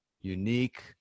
unique